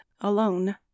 alone